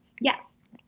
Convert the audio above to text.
Yes